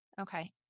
okay